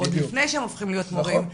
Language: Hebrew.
עוד לפני שהם הופכים להיות מורים.